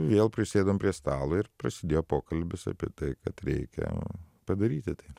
vėl prisėdom prie stalo ir prasidėjo pokalbis apie tai kad reikia padaryti tai